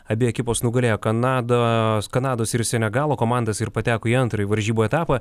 abi ekipos nugalėjo kanadą kanados ir senegalo komandas ir pateko į antrąjį varžybų etapą